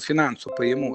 finansų pajamų